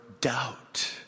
doubt